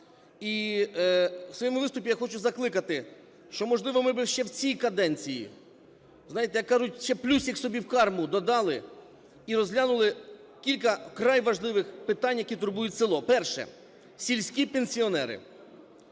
І у своєму виступі я хочу закликати, що ми би, можливо, ще в цій каденції, як кажуть, ще плюсик собі в карму додали і розглянули кілька вкрай важливих питань, які турбують село. Перше. Сільські пенсіонери.